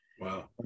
Wow